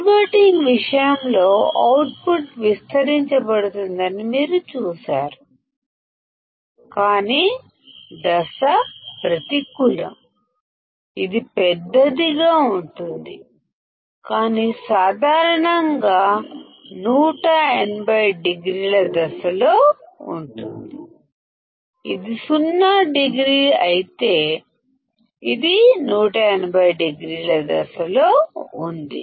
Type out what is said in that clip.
inverting విషయంలో output amplified కాని out of phase అని మీరు చూస్తారు ఇదిపెరుగుతుంది కానీ సాధారణంగా 180 డిగ్రీల అవుట్ అఫ్ ఫేస్ ఉంటుంది ఇది సున్నాడిగ్రీ అయితే ఇది 180 డిగ్రీల అవుట్ అఫ్ ఫేస్ ఉంది